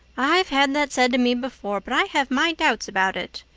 i've had that said to me before, but i have my doubts about it,